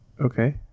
Okay